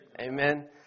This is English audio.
Amen